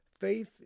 faith